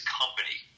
company